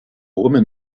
woman